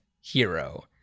hero